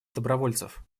добровольцев